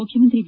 ಮುಖ್ಯಮಂತ್ರಿ ಬಿ